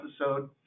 episode